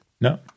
No